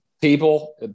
people